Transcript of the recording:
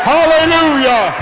Hallelujah